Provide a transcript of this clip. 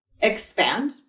expand